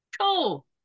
Cool